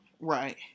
Right